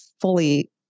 fully